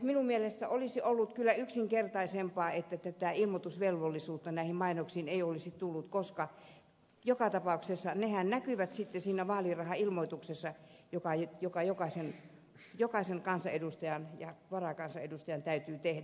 minun mielestäni olisi ollut kyllä yksinkertaisempaa että tätä ilmoitusvelvollisuutta näihin mainoksiin ei olisi tullut koska joka tapauksessahan ne näkyvät sitten siinä vaalirahailmoituksessa joka jokaisen kansanedustajan ja varakansanedustajan täytyy tehdä